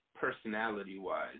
personality-wise